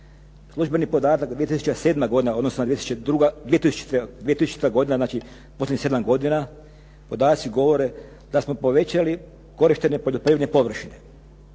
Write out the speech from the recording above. Službeni podatak 2007. godina, odnosno 2002., 2000. godine, znači posljednjih 7 godina podaci govore da smo povećali korištenje poljoprivredne površine.